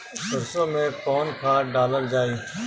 सरसो मैं कवन खाद डालल जाई?